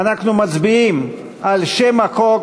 אנחנו מצביעים על שם החוק